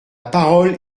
parole